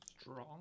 Strong